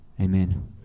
amen